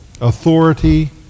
authority